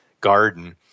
garden